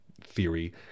theory